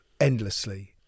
endlessly